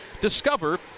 Discover